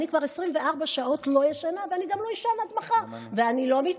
אני כבר 24 שעות לא ישנה, ואני גם לא אישן עד מחר.